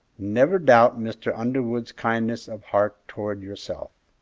never doubt mr. underwood's kindness of heart towards yourself.